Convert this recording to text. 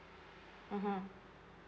mmhmm